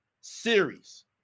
series